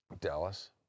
Dallas